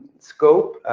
scope,